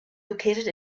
located